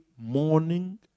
morning